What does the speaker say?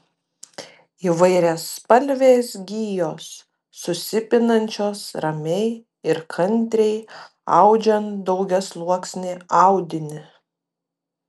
įvairiaspalvės gijos susipinančios ramiai ir kantriai audžiant daugiasluoksnį audinį